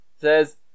says